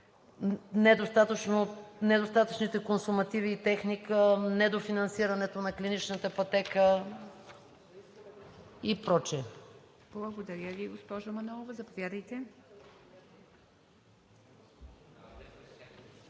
недостатъчните консумативи и техника, недофинансирането на клиничната пътека и прочие.